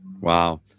Wow